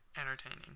entertaining